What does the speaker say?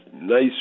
nice